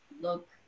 look